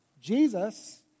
Jesus